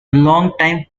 longtime